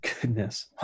Goodness